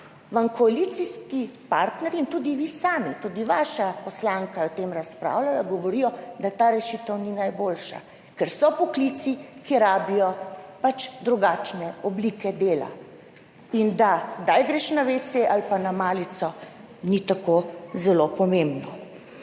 vam koalicijski partnerji in tudi vi sami, tudi vaša poslanka je o tem razpravljala, govorijo, da ta rešitev ni najboljša, ker so poklici, ki rabijo pač drugačne oblike dela, in da, kdaj greš na vece ali pa na malico, ni tako zelo pomembno.